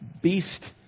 beast